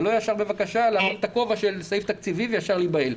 ולא ישר להרים את הכובע של סעיף תקציבי וישר להיבהל.